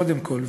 קודם כול,